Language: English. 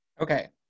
Okay